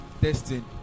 Testing